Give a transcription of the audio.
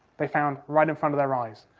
they found right in front of their eyes.